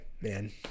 man